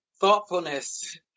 thoughtfulness